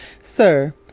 Sir